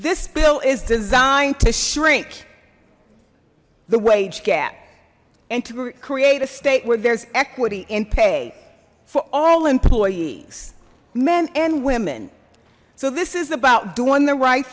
this bill is designed to shrink the wage gap and to create a state where there's equity in pay for all employees men and women so this is about doing the right